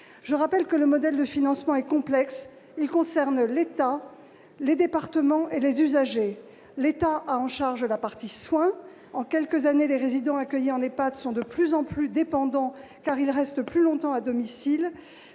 Je rappelle que le modèle de financement est complexe. Il concerne l'État, les départements et les usagers. L'État a en charge la partie « soins ». En quelques années, les résidents accueillis en EHPAD sont de plus en plus dépendants, car ils restent plus longtemps à domicile.